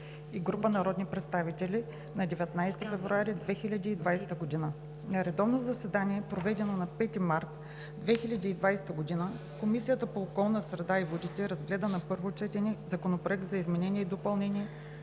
и група народни представители на 19 февруари 2020 г. На редовно заседание, проведено на 5 март 2020 г., Комисията по околната среда и водите разгледа на първо четене Законопроект за изменение и допълнение